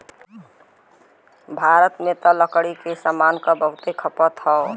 भारत में त लकड़ी के सामान क बहुते खपत हौ